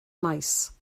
maes